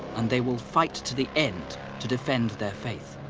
and they will fight to the end to defend their faith